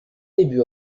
début